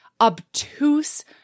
obtuse